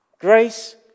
Grace